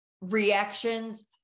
reactions